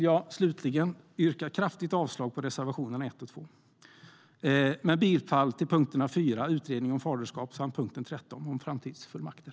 Jag yrkar kraftigt avslag på reservationerna 1 och 2. Jag yrkar bifall till punkterna 4 om utredningar om faderskap och 13 om framtidsfullmakter.